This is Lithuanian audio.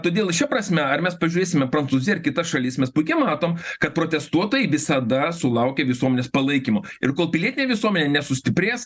todėl šia prasme ar mes pažiūrėsime prancūziją ar kitas šalis mes puikiai matom kad protestuotojai visada sulaukia visuomenės palaikymo ir kol pilietinė visuomenė nesustiprės